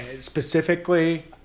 specifically